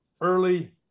early